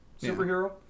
superhero